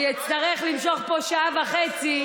אני אצטרך למשוך פה שעה וחצי.